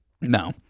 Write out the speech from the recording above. no